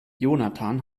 jonathan